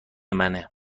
منه